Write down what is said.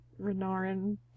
Renarin